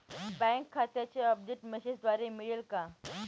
Bank खात्याचे update मेसेजद्वारे मिळेल का?